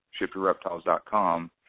shipyourreptiles.com